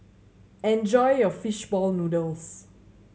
enjoy your fish ball noodles